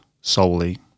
solely